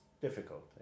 difficult